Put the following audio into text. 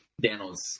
Daniel's